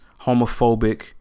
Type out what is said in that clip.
homophobic